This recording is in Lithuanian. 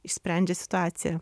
išsprendžia situaciją